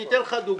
אני אתן לך דוגמה.